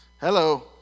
Hello